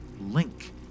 link